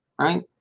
right